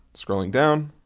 scrolling down,